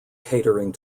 catering